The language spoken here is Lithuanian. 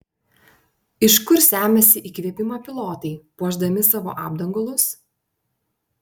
iš kur semiasi įkvėpimo pilotai puošdami savo apdangalus